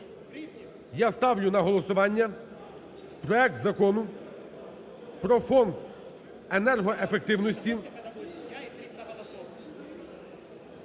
я ставлю на голосування проект Закону про Фонд енергоефективності…